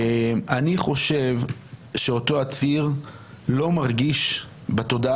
אני חושב שאותו עציר לא מרגיש בתודעה